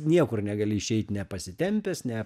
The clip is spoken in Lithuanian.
niekur negali išeit nepasitempęs ne